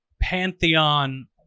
pantheon